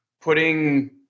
putting